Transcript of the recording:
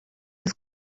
his